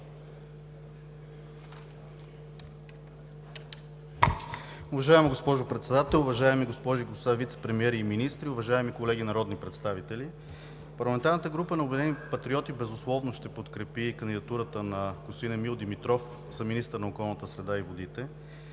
Уважаема госпожо Председател, уважаеми госпожи и господа вицепремиери и министри, уважаеми колеги народни представители! Парламентарната група на „Обединените патриоти“ безусловно ще подкрепи кандидатурата на господин Емил Димитров за министър на околната среда и водите,